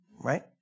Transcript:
right